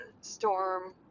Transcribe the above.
storm